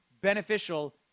beneficial